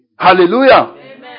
Hallelujah